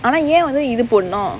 and ah ya and they either born on